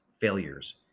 failures